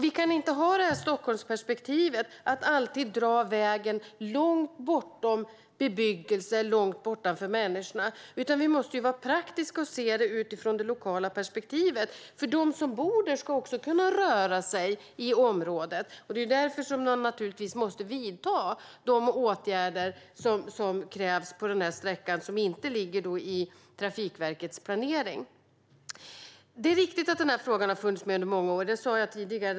Vi kan inte ha det här Stockholmsperspektivet, att man alltid ska dra vägen långt bortom bebyggelsen och långt bortanför människorna, utan vi måste vara praktiska och se det utifrån det lokala perspektivet. De som bor där ska också kunna röra sig i området. Det är därför man naturligtvis måste vidta de åtgärder som krävs på den här sträckan och som inte ligger i Trafikverkets planering. Det är riktigt att frågan har funnits med under många år. Det sa jag tidigare.